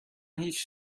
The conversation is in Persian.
هیچ